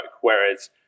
Whereas